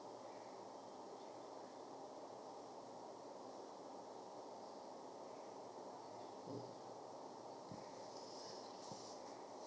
mm